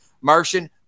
Martian